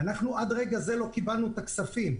עד לרגע זה לא קיבלנו את הכספים.